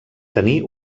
tenir